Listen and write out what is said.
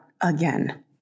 again